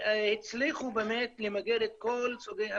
והצליחו באמת למגר את כל סוגי הפשיעה.